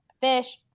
fish